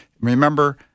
Remember